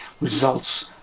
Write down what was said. results